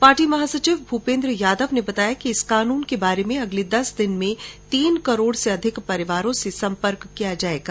party महासचिव भूपेंद्र यादव ने बताया कि इस कानून के बारे में अगले देस दिन में तीन करोड़ से अधिक परिवारों से सम्पर्क करेगी